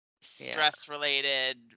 stress-related